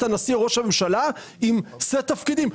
הנשיא או ראש הממשלה עם סט תפקידים,